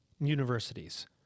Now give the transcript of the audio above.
universities